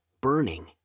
burning